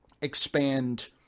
expand